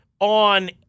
On